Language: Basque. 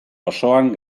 osoan